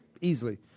easily